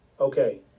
okay